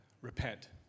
Repent